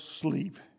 sleep